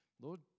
Lord